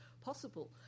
possible